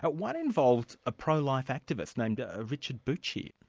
but one involved a pro-life activist, named ah richard bucci.